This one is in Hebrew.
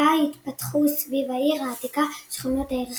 בה התפתחו סביב העיר העתיקה שכונות העיר החדשה,